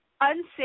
unsafe